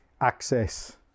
access